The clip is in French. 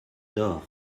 dort